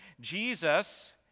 Jesus